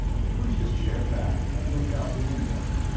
he pushed his chair back and looked out the window.